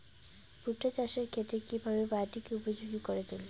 ভুট্টা চাষের ক্ষেত্রে কিভাবে মাটিকে উপযোগী করে তুলবো?